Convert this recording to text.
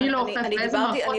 מי לא אוכף ואיזה מערכות --- יעל,